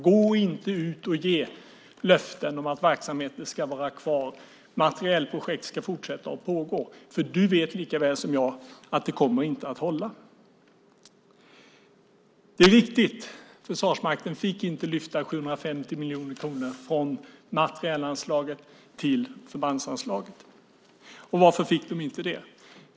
Gå inte ut och ge löften om att verksamheter ska vara kvar och materielprojekt fortsätta att pågå för du vet lika väl som jag att det inte kommer att hålla. Det är riktigt att Försvarsmakten inte fick lyfta 750 miljoner kronor från materielanslaget till förbandsanslaget. Varför fick de inte det?